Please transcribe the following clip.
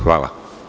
Hvala.